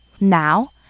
Now